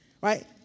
right